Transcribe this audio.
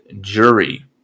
jury